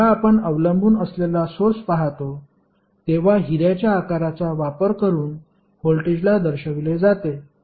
जेव्हा आपण अवलंबून असलेले सोर्स पाहतो तेव्हा हिर्याच्या आकाराचा वापर करून व्होल्टेजला दर्शविले जाते